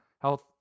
health